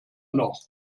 noch